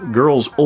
girls